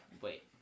wait